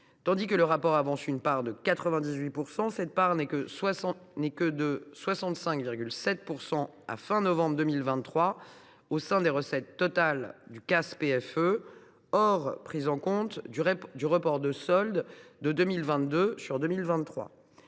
tandis que le rapport avance une part de 98 %, celle ci n’est que de 65,7 % à la fin de novembre 2023 au sein des recettes totales du compte, hors prise en compte du report de solde de 2022 sur 2023.